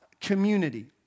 community